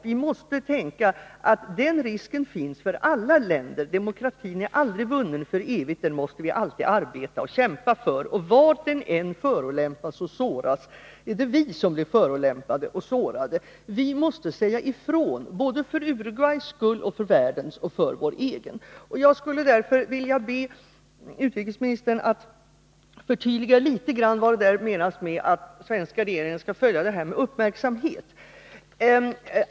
Vi måste tänka på, att den risken finns för alla länder. Demokratin är aldrig vunnen för evigt. Den måste vi alltid arbeta och kämpa för, och var den än förolämpas och såras är det vi som blir förolämpade och sårade. Vi måste säga ifrån — för såväl Uruguays, världens som vår egen skull. Jag skulle därför vilja be utrikesministern att något förtydliga vad som menas med att den svenska regeringen skall följa utvecklingen med uppmärksamhet.